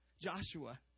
Joshua